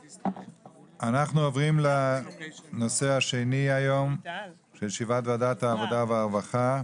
אנחנו עוברים לנושא השני היום של ישיבת וועדת העבודה והרווחה,